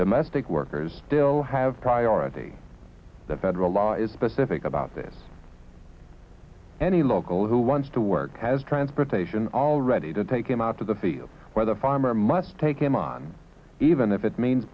domestic workers still have priority the federal law is specific about this any local who wants to work has transportation all ready to take him out to the field where the farmer must take him on even if it means